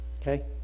Okay